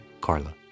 Carla